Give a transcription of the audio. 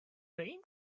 rain